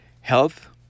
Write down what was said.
health